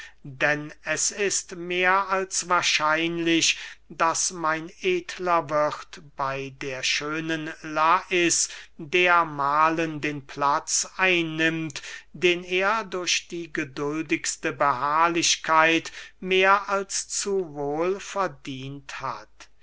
denn es ist mehr als wahrscheinlich daß mein edler wirth bey der schönen lais dermahlen den platz einnimmt den er durch die geduldigste beharrlichkeit mehr als zu wohl verdient hat